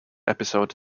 episode